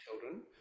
children